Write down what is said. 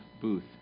booth